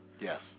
Yes